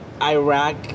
Iraq